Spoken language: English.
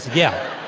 yeah.